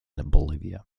bolivia